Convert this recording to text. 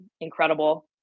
incredible